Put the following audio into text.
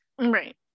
right